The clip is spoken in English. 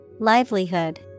Livelihood